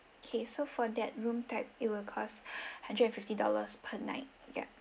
okay so for that room type it will cost hundred and fifty dollars per night yup